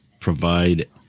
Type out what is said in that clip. provide